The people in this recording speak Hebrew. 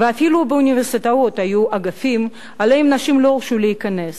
ואפילו באוניברסיטאות היו אגפים שאליהם לא הורשו נשים להיכנס.